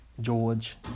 George